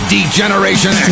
Degeneration